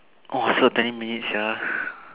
!wah! still twenty minutes sia